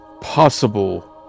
possible